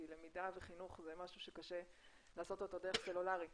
כי למידה וחינוך זה משהו שקשה לעשות אותו דרך סלולרי,